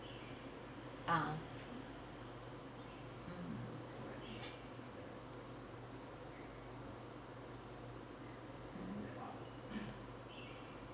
ah